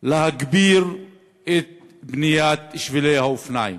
להגביר את בניית שבילי האופניים,